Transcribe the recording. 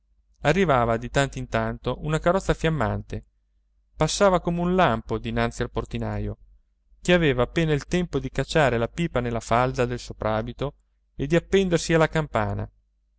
arrivava di tanto in tanto una carrozza fiammante passava come un lampo dinanzi al portinaio che aveva appena il tempo di cacciare la pipa nella falda del soprabito e di appendersi alla campana